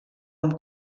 amb